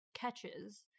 catches